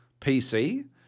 PC